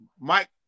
Mike